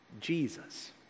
Jesus